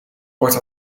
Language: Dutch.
wordt